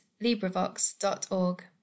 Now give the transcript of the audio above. LibriVox.org